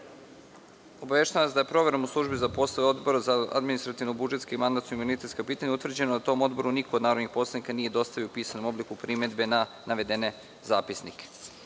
vas da je proverom u Službi za poslove Odbora za administrativno-budžetska i mandatno-imunitetska pitanja utvrđeno da tom odboru niko od narodnih poslanika nije dostavio u pisanom obliku primedbe na navedene zapisnike. Prelazimo